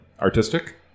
Artistic